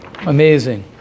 Amazing